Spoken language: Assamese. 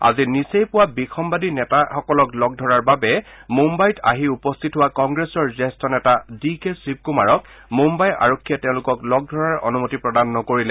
আজি নিচেই পুৱা বিসম্বাদী নেতাসকলক লগ ধৰাৰ বাবে মুম্বাইত আহি উপস্থিত হোৱা কংগ্ৰেছৰ জ্যেষ্ঠ নেতা ডি কে শিৱকুমাৰক মুম্বাই আৰক্ষীয়ে তেওঁলোকক লগ ধৰাৰ অনুমতি প্ৰদান নকৰিলে